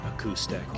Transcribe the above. Acoustic